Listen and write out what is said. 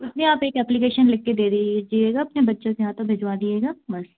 नहीं आप एक अप्लीकेशन लिख के दे दीजिएगा अपने बच्चों के हाथों भिजवा दीजिएगा बस